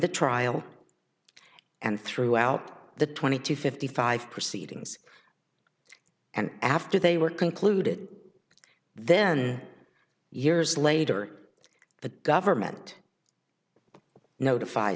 the trial and throughout the twenty to fifty five proceedings and after they were concluded then years later the government notif